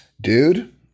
dude